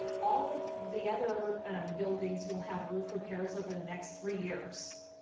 all of the other buildings will have roof repairs over the next three years.